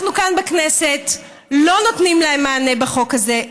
אנחנו כאן בכנסת לא נותנים להם מענה בחוק הזה,